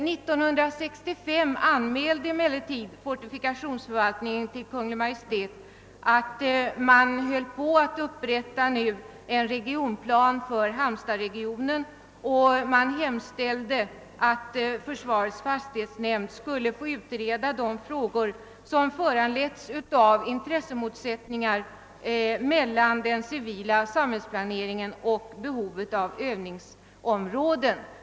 1965 anmälde emellertid fortifikationsförvaltningen till Kungl. Maj:t att man höll på att uppgöra en regionplan för halmstadsregionen och hemställde att försvarets fastighetsnämnd skulle utreda de intressemotsättningar som förelåg mellan den civila samhällsplaneringen och försvaret på grund av dess behov av övningsområden.